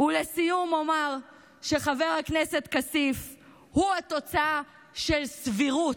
ולסיום אומר שחבר הכנסת כסיף הוא התוצאה של סבירות.